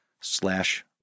slash